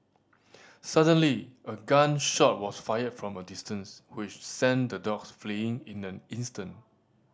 suddenly a gun shot was fired from a distance which sent the dogs fleeing in an instant